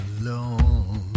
alone